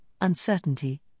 uncertainty